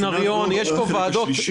השלישי,